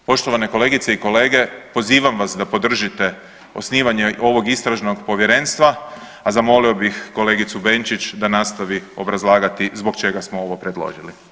Poštovane kolegice i kolege, pozivam vas da podržite osnivanje ovog istražnog povjerenstva, a zamolio bih kolegicu Benčić da nastavi obrazlagati zbog čega smo ovo predložili.